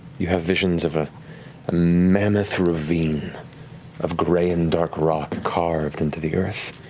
you have visions of a ah mammoth ravine of gray and dark rock carved into the earth.